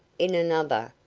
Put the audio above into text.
in another,